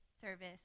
service